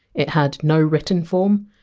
it had no written form,